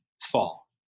fall